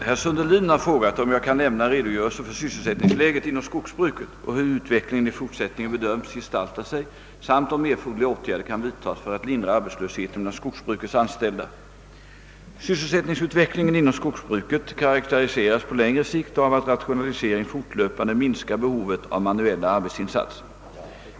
Herr talman! Herr Sundelin har frågat om jag kan lämna en redogörelse för sysselsättningsläget inom skogsbruket och hur utvecklingen i fortsättningen bedöms gestalta sig samt om erforderliga åtgärder kan vidtas för att lindra arbetslösheten bland skogsbrukets anställda. Sysselsättningsutvecklingen inom skogsbruket karakteriseras på längre sikt av att rationaliseringen fortlöpande minskar behovet av manuella arbetsinsatser.